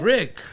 Rick